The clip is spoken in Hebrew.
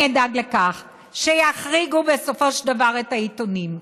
אני אדאג לכך שיחריגו בסופו של דבר את העיתונים,